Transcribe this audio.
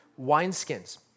wineskins